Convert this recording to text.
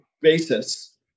basis